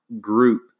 group